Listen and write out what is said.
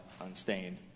unstained